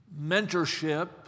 mentorship